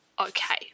Okay